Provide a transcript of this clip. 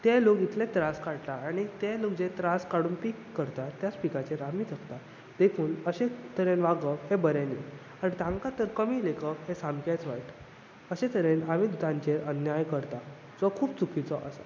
ते लोक इतले त्रास काडटात आनी ते लोक जे त्रास काडून पीक करता त्याच पिकाचेर आमी जगता देखून अशें तरेन वागप हें बरें न्ही आनी तांकां तर कमी लेखप हें सामकेंच वायट अशें तरेन आमी जांचेर अन्याय करतात जो खूब चुकिचो आसा